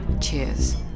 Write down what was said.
Cheers